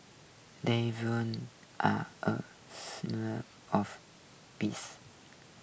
doves are a symbol of peace